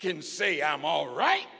can say i'm all right